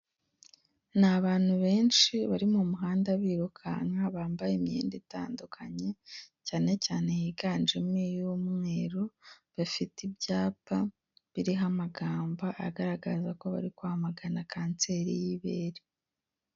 Ni abantu benshi bari mu muhanda birukanka bambaye imyenda itandukanye cyane cyane yiganjemo iy'umweru, bafite ibyapa biriho amagambo agaragaza ko bari kwamagana kanseri y'ibere.